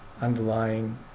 underlying